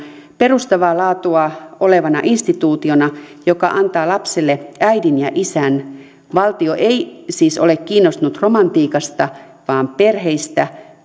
perustavaa laatua olevana instituutiona joka antaa lapselle äidin ja isän valtio ei siis ole kiinnostunut romantiikasta vaan perheistä